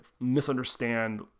misunderstand